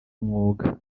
umwuga